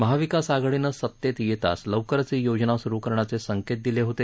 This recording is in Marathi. महाविकास आघाडीनं सत्तेत येताच लवकरच ही योजना सुरु करण्याचे संकेत दिले होते